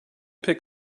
pick